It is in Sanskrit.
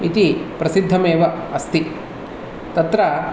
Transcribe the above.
इति प्रसिद्धमेव अस्ति तत्र